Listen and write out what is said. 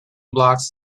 blocks